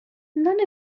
none